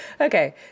Okay